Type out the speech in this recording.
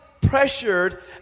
pressured